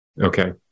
Okay